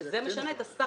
שזה משנה את הסך הכול.